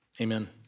Amen